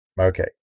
okay